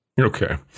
okay